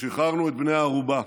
ושחררנו את בני הערובה.